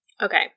Okay